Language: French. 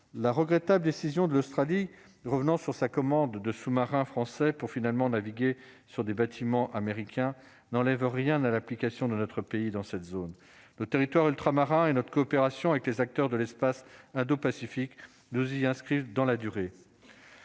la regrettable décision de l'Australie. Revenant sur sa commande de sous-marins français pour finalement naviguer sur des bâtiments américains n'enlève rien à l'application de notre pays dans cette zone, nos territoires ultramarins et notre coopération avec les acteurs de l'espace indo-pacifique, nous y inscrire dans la durée.